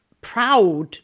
proud